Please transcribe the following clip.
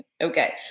Okay